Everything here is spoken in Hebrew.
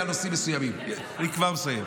ואופוזיציה, על נושאים מסוימים, אני כבר מסיים.